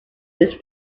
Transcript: this